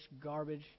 garbage